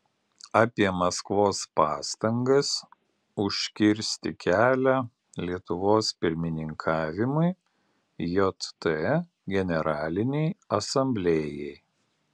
apie maskvos pastangas užkirsti kelią lietuvos pirmininkavimui jt generalinei asamblėjai